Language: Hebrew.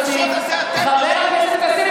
גם אם ניתן חותמת לשוד,